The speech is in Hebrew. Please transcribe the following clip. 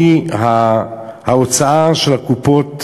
ההוצאה של הקופות